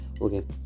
okay